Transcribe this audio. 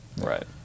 Right